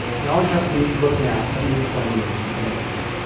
you always have to be looking out at least twenty years and committed to it.